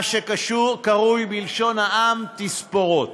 מה שקרוי בלשון העם תספורות.